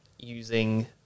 Using